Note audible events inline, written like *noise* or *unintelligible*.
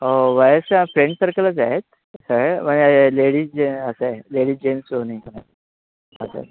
हो बऱ्याचशा फ्रेंड सर्कलच आहेत सगळे मये लेडीज जे असं आहे लेडीज जेंट्स दोन्ही *unintelligible* असं आहे